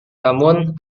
namun